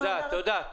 תודה.